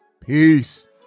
Peace